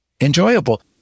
enjoyable